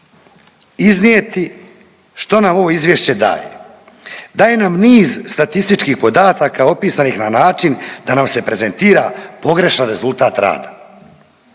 iznijeti što nam ovo izvješće daje, daje nam niz statističkih podataka opisanih na način da nam se prezentira pogrešan rezultat rada